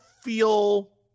feel